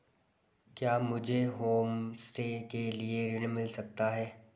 क्या मुझे होमस्टे के लिए ऋण मिल सकता है?